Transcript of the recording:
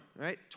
Right